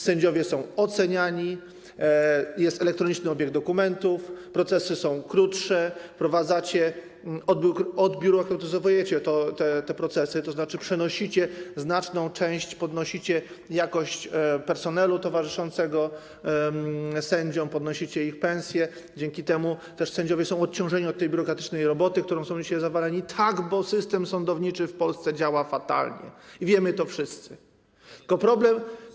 Sędziowie są oceniani, jest elektroniczny obieg dokumentów, procesy są krótsze, wprowadzacie... odbiurokratyzowujecie te procesy, to znaczy przenosicie znaczną część, podnosicie jakość personelu towarzyszącego sędziom, podnosicie ich pensje, dzięki temu też sędziowie są odciążeni od tej biurokratycznej roboty, którą są dzisiaj zawaleni, bo system sądowniczy w Polsce działa fatalnie i wszyscy to wiemy.